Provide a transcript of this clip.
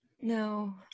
No